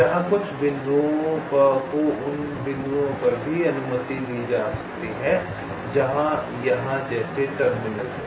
जहां कुछ बिंदुओं को उन बिंदुओं पर भी अनुमति दी जा सकती है जहां यहां जैसे टर्मिनल हैं